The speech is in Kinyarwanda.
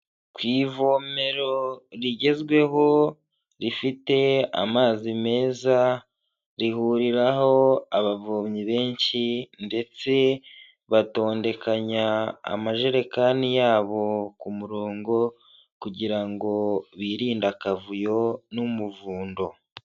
Ku ivomero rigezweho rifite amazi meza, rihuriraho abavomyi benshi ndetse batondekanya amajerekani yabo ku murongo kugira ngo birinde akavuyo n'umuvundo.